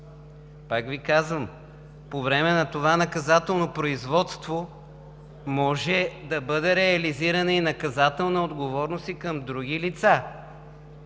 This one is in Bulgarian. Пак Ви казвам, по време на това наказателно производство може да бъде реализирана и наказателна отговорност и към други лица